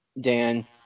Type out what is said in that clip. Dan